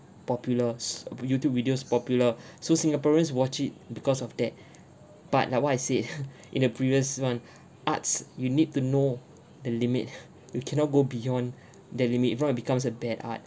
popular s~ Youtube videos popular so singaporeans watch it because of that but like what I said in a previous one arts you need to know the limit you cannot go beyond the limit if not it becomes a bad art